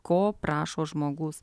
ko prašo žmogus